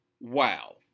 wow